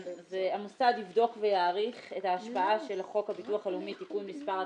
המוסד יבדוק ויעריך את ההשפעה של חוק הביטוח הלאומי (תיקון מס' ),